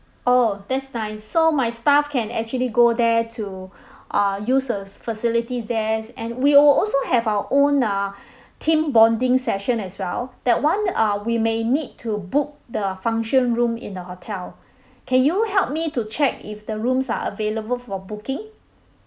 oh that's nice so my staff can actually go there to uh use the facilities there and we will also have our own uh team bonding session as well that [one] uh we may need to book the function room in the hotel can you help me to check if the rooms are available for booking